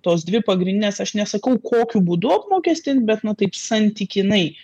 tos dvi pagrindinės aš nesakau kokiu būdu apmokestint bet na taip santykinai